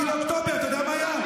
ב-7 באוקטובר, אתה יודע מה היה?